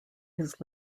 his